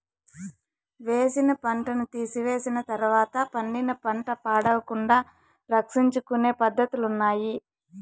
వేసిన పంటను తీసివేసిన తర్వాత పండిన పంట పాడవకుండా సంరక్షించుకొనే పద్ధతులున్నాయి